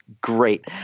great